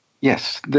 Yes